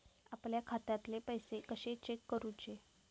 आपल्या खात्यातले पैसे कशे चेक करुचे?